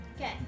Okay